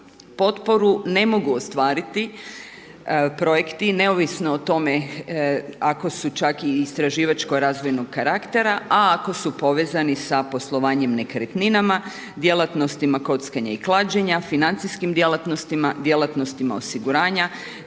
Potporu ne mogu ostvariti projekti, neovisno o tome, ako su čak istraživačko razvojnog karaktera, a ako su povezani sa poslovanjem nekretninama, djelatnostima, kockama i klađenja, financijskim djelatnostima, djelatnostima osiguranja,